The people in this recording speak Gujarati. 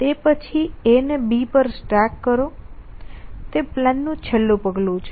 તે પછી A ને B પર સ્ટેક કરો તે પ્લાનનું છેલ્લું પગલું છે